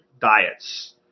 diets